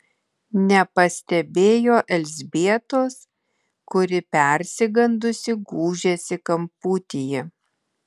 nepastebėjo elzbietos kuri persigandusi gūžėsi kamputyje